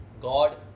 God